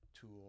tool